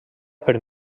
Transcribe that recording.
per